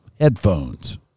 headphones